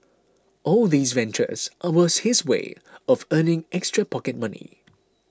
all these ventures are was his way of earning extra pocket money